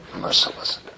merciless